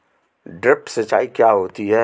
Drip सिंचाई क्या होती हैं?